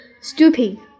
Stooping